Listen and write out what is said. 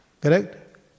Correct